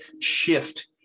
shift